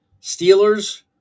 Steelers